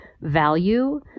value